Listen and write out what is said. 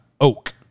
oak